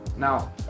Now